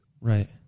Right